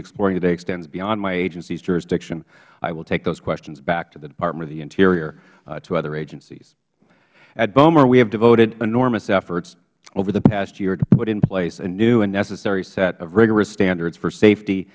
today extend beyond my agency's jurisdiction i will take those questions back to the department of the interior to other agencies at boemre we have devoted enormous efforts over the past year to put in place a new and necessary set of rigorous standards for safety